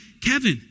Kevin